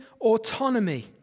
autonomy